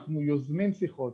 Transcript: אנחנו יוזמים שיחות,.